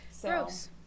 Gross